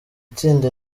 tsinda